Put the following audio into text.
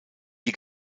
die